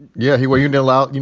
yeah, he were, you know, out. you